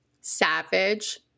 savage